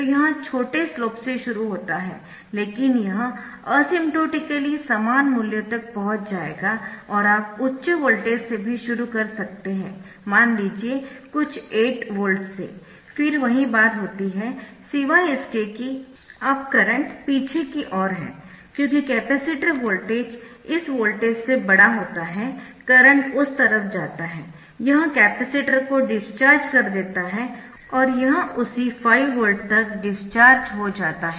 तो यह छोटे स्लोप से शुरू होता है लेकिन यह असिम्प्टोटिकली समान मूल्य तक पहुंच जाएगा और आप उच्च वोल्टेज से भी शुरू कर सकते है मान लीजिए कुछ 8 वोल्ट से फिर वही बात होती है सिवाय इसके कि अब करंट पीछे की ओर है क्योंकि कैपेसिटर वोल्टेज इस वोल्टेज से बड़ा होता है करंट उस तरफ जाता है यह कैपेसिटर को डिस्चार्ज कर देता है और यह उसी 5 वोल्ट तक डिस्चार्ज हो जाता है